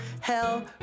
Hell